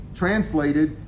translated